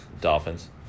Dolphins